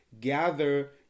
gather